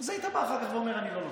אז היית בא אחר כך ואומר: אני לא נותן.